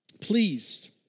pleased